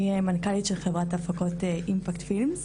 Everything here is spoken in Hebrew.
אני מנכ"לית של חברת הפקות אימפקט פילמס.